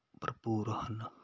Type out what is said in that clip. ਭਰਪੂਰ ਹਨ